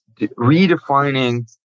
redefining